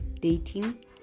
dating